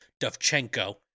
Dovchenko